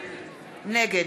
נגד